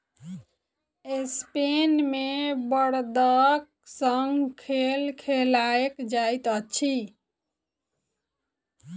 Spain मे बड़दक संग खेल खेलायल जाइत अछि